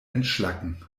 entschlacken